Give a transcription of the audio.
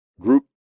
group